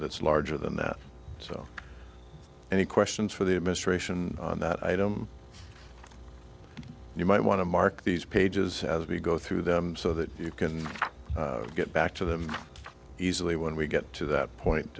that's larger than that so any questions for the administration on that item you might want to mark these pages as we go through them so that you can get back to them easily when we get to that point